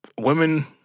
women